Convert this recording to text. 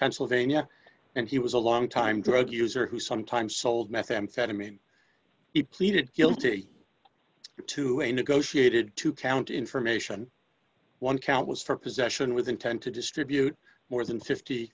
pennsylvania and he was a long time drug user who sometimes sold methamphetamine he pleaded guilty to a negotiated two count information one count was for possession with intent to distribute more than fifty